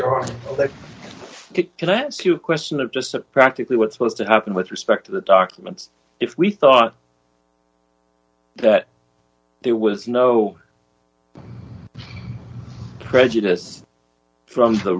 there can i ask you a question of just practically what supposed to happen with respect to the documents if we thought that there was no prejudice from the